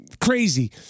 Crazy